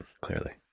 Clearly